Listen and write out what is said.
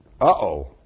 Uh-oh